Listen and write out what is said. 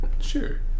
Sure